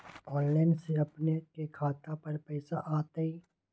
Online से अपने के खाता पर पैसा आ तई?